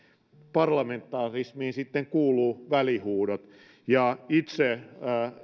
parlamentarismiin sitten kuuluvat välihuudot itse